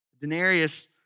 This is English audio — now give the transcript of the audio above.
Denarius